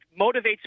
motivates